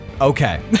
Okay